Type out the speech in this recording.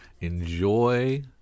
enjoy